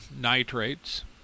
nitrates